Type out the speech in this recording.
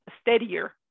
steadier